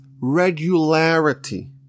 regularity